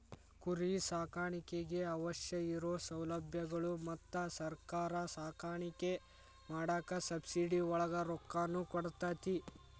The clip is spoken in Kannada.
ಕುರಿ ಸಾಕಾಣಿಕೆಗೆ ಅವಶ್ಯ ಇರು ಸೌಲಬ್ಯಗಳು ಮತ್ತ ಸರ್ಕಾರಾ ಸಾಕಾಣಿಕೆ ಮಾಡಾಕ ಸಬ್ಸಿಡಿ ಒಳಗ ರೊಕ್ಕಾನು ಕೊಡತತಿ